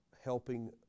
helping